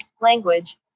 Language